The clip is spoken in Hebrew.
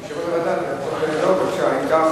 אם כך,